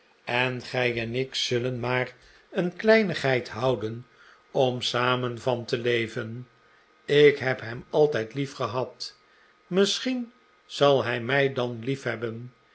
en gij en ik zullen maar een kleinigheid houden om samen van te leven ik heb hem altijd liefgehad misschien zal hij mij dan liefhebben